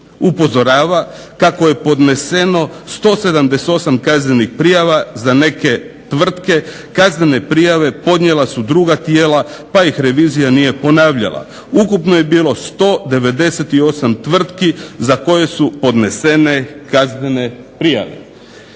upozorava kako je podneseno 178 kaznenih prijava za neke tvrtke, kaznene prijave podnijela su druga tijela pa ih revizija nije ponavljala. Ukupno je bilo 198 tvrtki za koje su podnesene kaznene prijave".